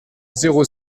zéro